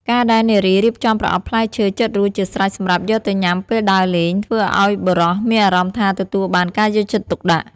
ការដែលនារីរៀបចំប្រអប់ផ្លែឈើចិតរួចជាស្រេចសម្រាប់យកទៅញ៉ាំពេលដើរលេង ធ្វើឱ្យបុរសមានអារម្មណ៍ថាទទួលបានការយកចិត្តទុកដាក់។